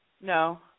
No